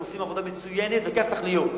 והם עושים עבודה מצוינת וכך צריך להיות.